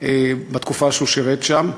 בתקופה שהוא שירת שם.